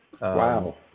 Wow